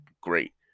great